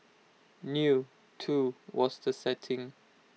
new too was the setting